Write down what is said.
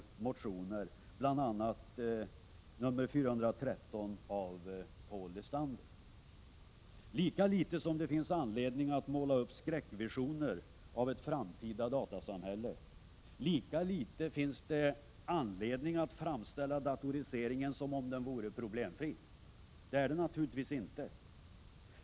Toda no motioner, bl.a. nr 413 av Paul Lestander. Lika litet som det finns anledning att måla upp skräckvisioner av ett framtida datasamhälle, lika litet finns det anledning att framställa datoriseringen som om den vore problemfri. Det är den naturligtvis inte.